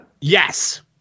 Yes